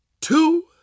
two